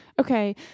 Okay